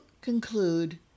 conclude